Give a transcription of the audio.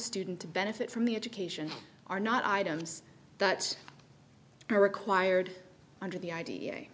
student to benefit from the education are not items that are required under the i